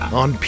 on